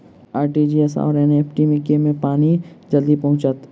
RTGS आओर NEFT मे केँ मे पानि जल्दी पहुँचत